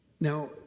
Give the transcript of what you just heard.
Now